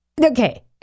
okay